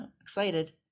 Excited